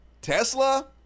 Tesla